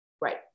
Right